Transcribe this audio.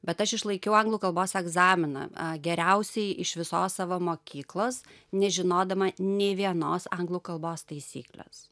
bet aš išlaikiau anglų kalbos egzaminą geriausiai iš visos savo mokyklos nežinodama nei vienos anglų kalbos taisyklės